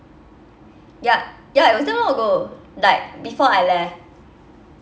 ya ya it was long time ago like before I left